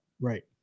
Right